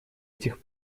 этих